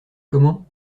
comment